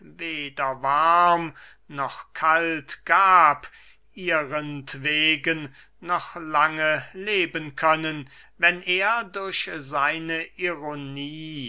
weder warm noch kalt gab ihrentwegen noch lange leben können wenn er durch seine ironie